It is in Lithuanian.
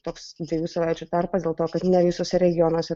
toks dviejų savaičių tarpas dėl to kad ne visuose regionuose